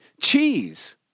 Cheese